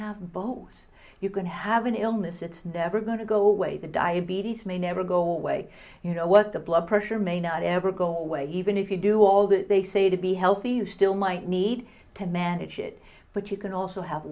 have both you can have an illness it's never going to go away the diabetes may never go away you know what the blood pressure may not ever go away even if you do all that they say to be healthy you still might need to manage it but you can also have